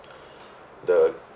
the